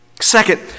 Second